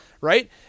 right